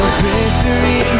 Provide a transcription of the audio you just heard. victory